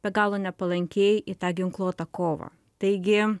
be galo nepalankiai į tą ginkluotą kovą taigi